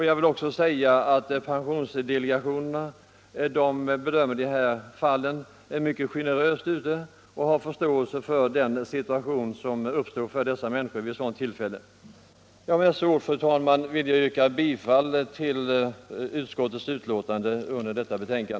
Jag vill dessutom tillägga att pensionsdelegationerna bedömer dessa fall mycket generöst och har förståelse för den situation som dessa människor råkar i vid ett sådant tillfälle. Med dessa ord, fru talman, vill jag yrka bifall till utskottets hemställan.